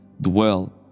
dwell